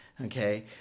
okay